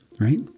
right